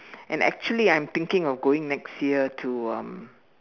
and actually I'm thinking of going next year to um